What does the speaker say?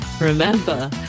remember